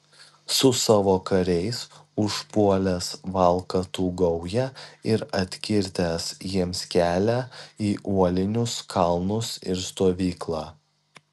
su savo kariais užpuolęs valkatų gaują ir atkirtęs jiems kelią į uolinius kalnus ir stovyklą